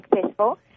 successful